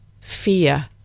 fear